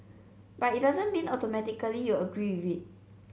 but it doesn't mean automatically you agree with it